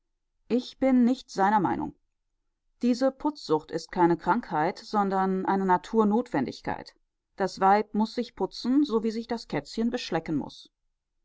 ich bin nicht seiner meinung diese putzsucht ist keine krankheit sondern eine naturnotwendigkeit das weib muß sich putzen so wie sich das kätzchen beschlecken muß